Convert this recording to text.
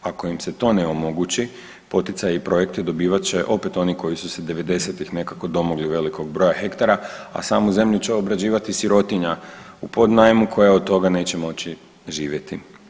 Ako im se to ne omogući poticaje i projekte dobivat će opet oni koji su se '90.-tih nekako domogli velikog broja hektara, a samu zemlju će obrađivati sirotinja pod najmom koja od toga neće moći živjeti.